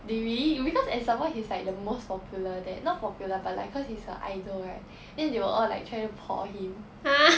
they really you because example he's like the most popular there not popular but like because he's a idol right then they will all like try to por him